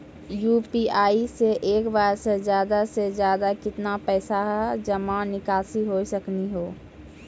UPI से एक बार मे ज्यादा से ज्यादा केतना पैसा जमा निकासी हो सकनी हो?